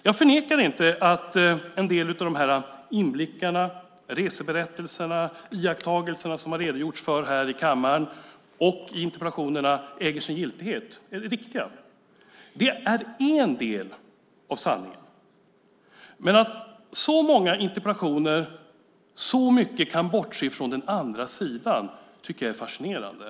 Jag förnekar inte att en del av de här inblickarna, reseberättelserna och iakttagelserna som har redogjorts för här i kammaren och i interpellationerna äger sin giltighet och är riktiga. Det är en del av sanningen. Men att man i så många interpellationer i så hög grad kan bortse från den andra sidan tycker jag är fascinerande.